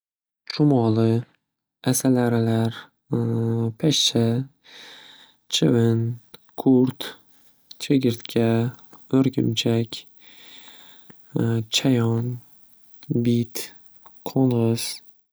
Chumoli, asalarilar, pashsha, chivin, qurt, chigirtka, o'rgimchak, chayon, bit, qo'ng'iz.